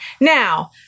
Now